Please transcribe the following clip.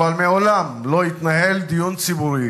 אבל מעולם, לא התנהל דיון ציבורי